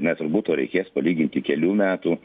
ne turbūt o reikės palyginti kelių metų